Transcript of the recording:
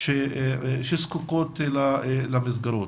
שזקוקות למסגרות.